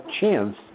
chance